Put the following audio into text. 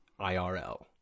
IRL